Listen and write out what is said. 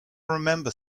remember